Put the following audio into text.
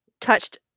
Touched